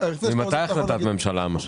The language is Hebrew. ממתי החלטת הממשלה?